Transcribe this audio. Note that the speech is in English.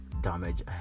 damage